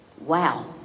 Wow